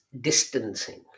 distancing